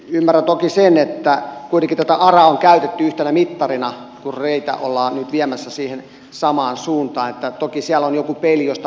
ymmärrän toki sen että kuitenkin tätä araa on käytetty yhtenä mittarina kun raytä ollaan nyt viemässä siihen samaan suuntaan toki siellä on joku peili josta on katsottu